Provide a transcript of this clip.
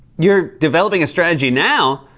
you're developing a strategy now!